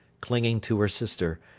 clinging to her sister,